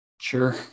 Sure